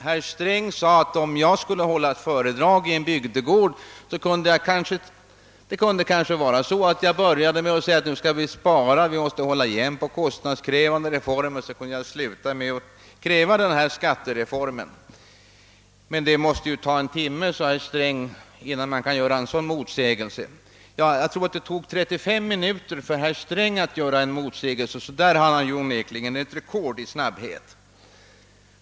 Herr Sträng sade att om jag skulle hålla föredrag i en bygdegård kunde det kanske vara så, att jag började med att säga att vi skall spara och hålla igen på kostnadskrävande reformer — för att sluta med att kräva denna skattereform. Men det måste ju ta en timme, sade herr Sträng, innan man kan göra en sådan motsägelse. Jag tror emellertid att det endast tog 35 minuter för herr Sträng att göra en motsägelse, så därvidlag har han onekligen ett rekord i snabbhet.